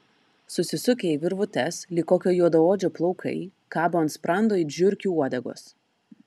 susisukę į virvutes lyg kokio juodaodžio plaukai kabo ant sprando it žiurkių uodegos